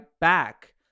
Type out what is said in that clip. back